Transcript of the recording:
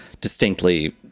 distinctly